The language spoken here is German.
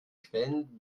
quellen